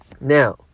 Now